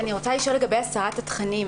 אני רוצה לשאול לגבי הסרת התכנים.